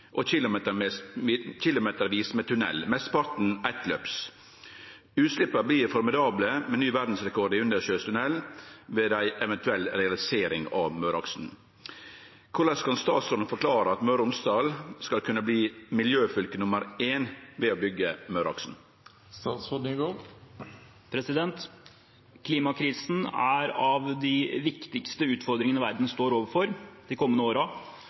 og kilometervis med tunnel, mesteparten eitløps. Utsleppa blir formidable med ny verdsrekord i undersjøisk tunnel ved ei eventuell realisering av Møreaksen. Korleis kan statsråden forklare at Møre og Romsdal skal kunne bli miljøfylke nr. 1 ved å bygge Møreaksen?» Klimakrisen er av de viktigste utfordringene verden står overfor de kommende